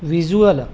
visual